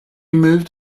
moved